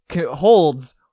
holds